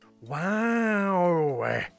Wow